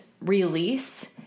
release